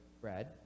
bread